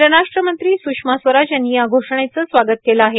परराष्ट्र मंत्री स्रषमा स्वराज यांनी या घोषणेचं स्वागत केलं आहे